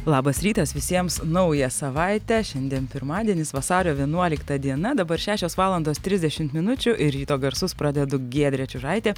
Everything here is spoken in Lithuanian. labas rytas visiems naują savaitę šiandien pirmadienis vasario vienuolikta diena dabar šešios valandos trisdešimt minučių ir ryto garsus pradedu giedrė čiužaitė